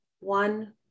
One